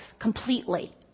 completely